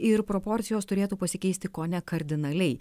ir proporcijos turėtų pasikeisti kone kardinaliai